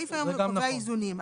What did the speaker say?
הסעיף היום קובע איזונים.